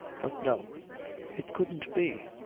but no it couldn't be,